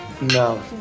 No